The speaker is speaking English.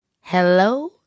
Hello